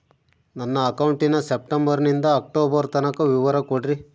ನನ್ನ ಅಕೌಂಟಿನ ಸೆಪ್ಟೆಂಬರನಿಂದ ಅಕ್ಟೋಬರ್ ತನಕ ವಿವರ ಕೊಡ್ರಿ?